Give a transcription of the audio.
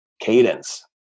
cadence